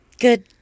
good